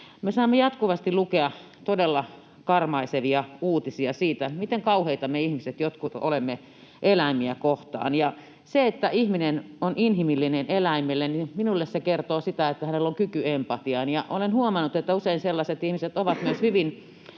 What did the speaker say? saamme jatkuvasti lukea todella karmaisevia uutisia siitä, miten kauheita me jotkut ihmiset olemme eläimiä kohtaan. Ja se, että ihminen on inhimillinen eläimelle, kertoo minulle sitä, että hänellä on kyky empatiaan. Olen huomannut, että usein sellaiset ihmiset ovat myös hyvin